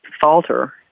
falter